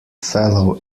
fellow